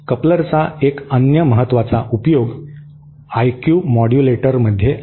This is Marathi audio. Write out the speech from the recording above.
कपलरचा एक अन्य महत्वाचा उपयोग आयक्यू मॉड्यूलटरमध्ये आहे